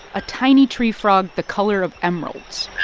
a tiny tree frog the color of emeralds